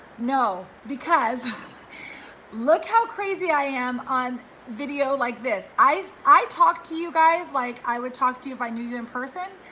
no, because look how crazy i am on video like this. i i talked to you guys, like i would talk to you if i knew you in person,